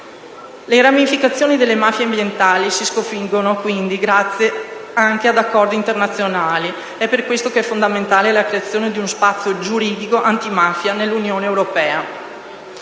Le ramificazioni delle mafie ambientali si sconfiggono quindi grazie anche ad accordi internazionali. Per questo è fondamentale la creazione di uno spazio giuridico antimafia nell'Unione europea.